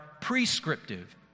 prescriptive